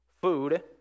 food